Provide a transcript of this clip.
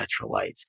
electrolytes